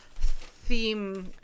theme